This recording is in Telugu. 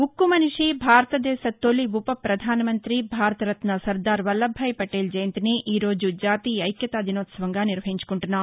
ఉక్కు మనిషి భారతదేశ తొలి ఉపప్రపధాన మంత్రి భారతరత్న సర్దార్ వల్లభ్ భాయ్ పటేల్ జయంతిని ఈ రోజు జాతీయ ఐక్యతా దినోత్సవంగా నిర్వహించుకుంటున్నాం